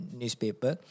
newspaper